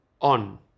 on